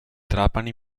trapani